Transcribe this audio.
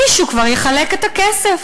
מישהו כבר יחלק את הכסף.